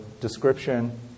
description